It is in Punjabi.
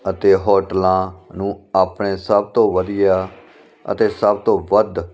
ਅਤੇ ਹੋਟਲਾਂ ਨੂੰ ਆਪਣੇ ਸਭ ਤੋਂ ਵਧੀਆ ਅਤੇ ਸਭ ਤੋਂ ਵੱਧ